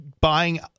buying